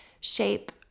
shape